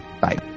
Bye